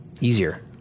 easier